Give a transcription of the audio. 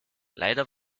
leider